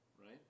right